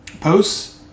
posts